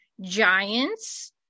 giants